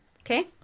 Okay